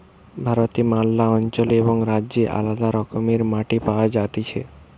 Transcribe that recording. ভারতে ম্যালা অঞ্চলে এবং রাজ্যে আলদা রকমের মাটি পাওয়া যাতিছে